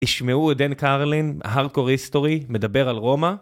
ישמעו את דן קרלין, הרדקור היסטורי, מדבר על רומא.